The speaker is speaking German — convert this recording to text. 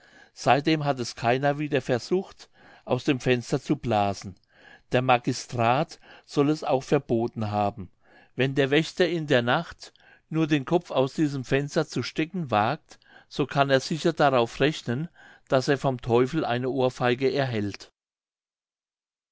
seitdem hat es keiner wieder versucht aus dem fenster zu blasen der magistrat soll es auch verboten haben wenn der wächter in der nacht nur den kopf aus diesem fenster zu stecken wagt so kann er sicher darauf rechnen daß er vom teufel eine ohrfeige erhält